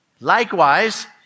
Likewise